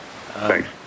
Thanks